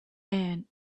and